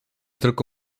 tylko